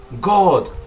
God